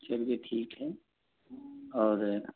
चलिए ठीक है और